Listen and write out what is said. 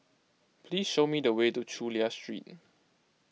please show me the way to Chulia Street